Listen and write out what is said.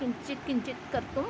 किञ्चित् किञ्चित् कर्तुं